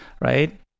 right